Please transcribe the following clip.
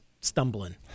stumbling